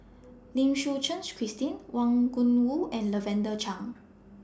Lim Suchen Christine Wang Gungwu and Lavender Chang